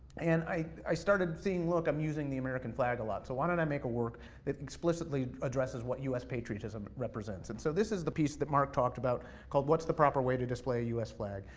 and i started seeing look, i'm using the american flag a lot, so why don't i make a work that explicitly addresses what us patriotism represents. and so this is the piece that mark talked about, called what's the proper way to display a us flag.